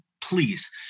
Please